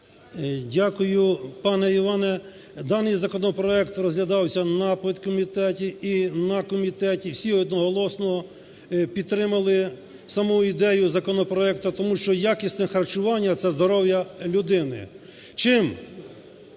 Дякую, пане Іване. Даний законопроект розглядався на підкомітеті і на комітеті. Всі одноголосно підтримали саму ідею законопроекту, тому що якісне харчування – це здоров'я людини. Чим